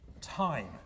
time